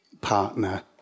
partner